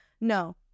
No